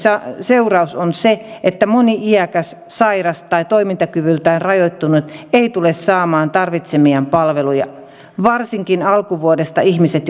seuraus on se että moni iäkäs sairas tai toimintakyvyltään rajoittunut ei tule saamaan tarvitsemiaan palveluja varsinkin alkuvuodesta ihmiset